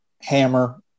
Hammer